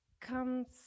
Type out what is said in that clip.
comes